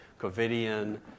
Covidian